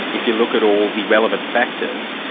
if you look at all the relevant factors,